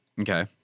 Okay